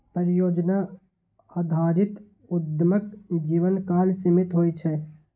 परियोजना आधारित उद्यमक जीवनकाल सीमित होइ छै